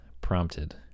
prompted